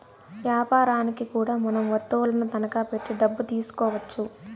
యాపారనికి కూడా మనం వత్తువులను తనఖా పెట్టి డబ్బు తీసుకోవచ్చు